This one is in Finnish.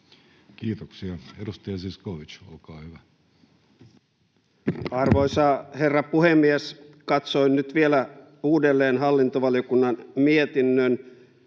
Kiitoksia. — Edustaja Zyskowicz, olkaa hyvä. Arvoisa herra puhemies! Katsoin nyt vielä uudelleen hallintovaliokunnan mietinnön